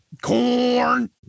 corn